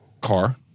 car